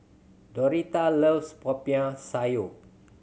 Dorathea loves Popiah Sayur